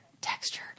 Texture